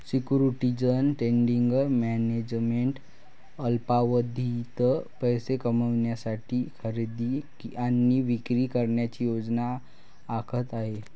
securities trading management अल्पावधीत पैसे कमविण्यासाठी खरेदी आणि विक्री करण्याची योजना आखत आहे